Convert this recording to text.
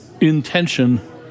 intention